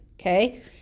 okay